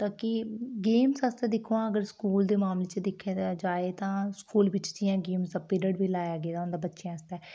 ता कि गेम्स आस्तै दिक्खो हां अगर स्कूल दे मामले च दिक्खेआ जाए तां स्कूल बिच्च जियां गेम्स दा पीरियड बी लाया गेदा होंदा बच्चें आस्तै